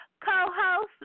co-host